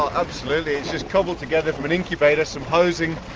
absolutely, it's just cobbled together from an incubator, some hosing,